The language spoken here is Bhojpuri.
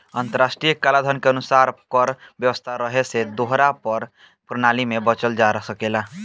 अंतर्राष्ट्रीय कलाधन के अनुसार कर व्यवस्था रहे से दोहरा कर प्रणाली से बचल जा सकेला